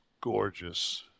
gorgeous